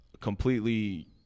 completely